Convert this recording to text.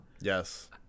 Yes